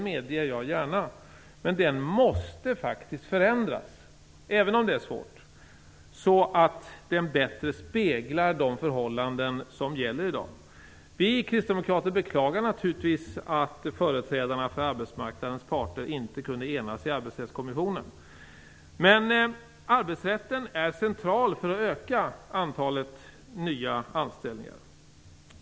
Men trots det måste faktiskt arbetsrätten förändras så att den bättre speglar de förhållanden som gäller i dag. Vi kristdemokrater beklagar naturligtvis att företrädarna för arbetsmarknadens parter inte kunde enas i Arbetsrättskommissionen. Men arbetsrätten är central när det gäller att öka antalet nya anställningar.